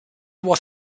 was